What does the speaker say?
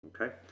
okay